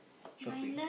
shopping